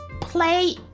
play